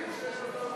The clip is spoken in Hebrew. מה קרה,